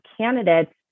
candidates